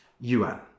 Yuan